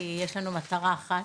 כי יש לנו מטרה אחת,